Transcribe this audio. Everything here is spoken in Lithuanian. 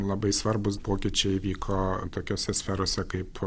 labai svarbūs pokyčiai vyko tokiose sferose kaip